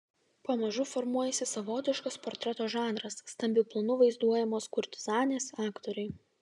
pamažu formuojasi savotiškas portreto žanras stambiu planu vaizduojamos kurtizanės aktoriai